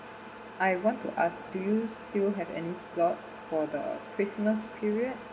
I want to ask do you still have any slots for the christmas period